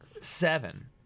Seven